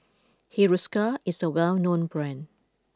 Hiruscar is a well known brand